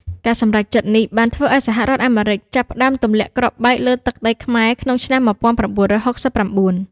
ការសម្រេចចិត្តនេះបានធ្វើឱ្យសហរដ្ឋអាមេរិកចាប់ផ្តើមទម្លាក់គ្រាប់បែកលើទឹកដីខ្មែរក្នុងឆ្នាំ ១៩៦៩។